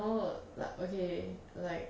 no la~ okay like